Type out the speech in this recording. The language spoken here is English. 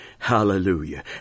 Hallelujah